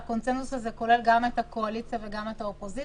והקונצנזוס הזה כולל גם את הקואליציה וגם את האופוזיציה,